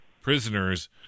prisoners